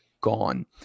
gone